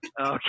Okay